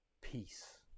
peace